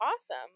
awesome